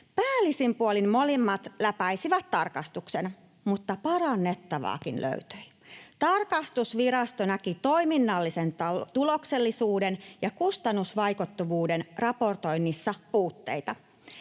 Päällisin puolin molemmat läpäisivät tarkastuksen, mutta parannettavaakin löytyi. Tarkastusvirasto näki toiminnallisen tuloksellisuuden ja kustannusvaikuttavuuden raportoinnissa puutteita.